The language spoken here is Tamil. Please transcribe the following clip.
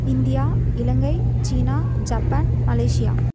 India Ilangai China Japan Malaysia